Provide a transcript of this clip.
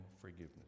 forgiveness